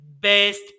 best